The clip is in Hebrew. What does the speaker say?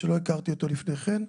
שלא הכרתי אותו לפני כן.